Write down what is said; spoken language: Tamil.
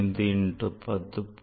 5 into 10